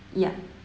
ya